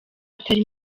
atari